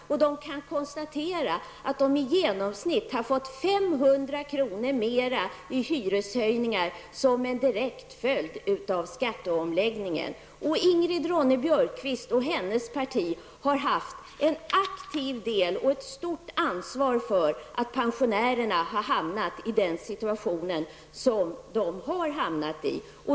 De kan konstatera att de i genomsnitt har fått 500 kr. mer i hyreshöjning, som en direkt följd av skatteomläggningen. Ingrid Ronne-Björkqvist och hennes parti har haft en aktiv del i och ett stort ansvar för att pensionärerna har hamnat i den situation som de befinner sig i.